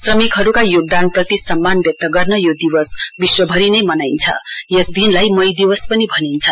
श्रमिकहरूका योगदानप्रति सम्मान व्यक्त गर्न यो दिवस विश्वभरिनै मनाइन्छ यस दिनलाई मई दिवस पनि भनिन्छ